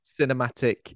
cinematic